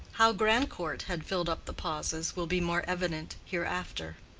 how grandcourt had filled up the pauses will be more evident hereafter.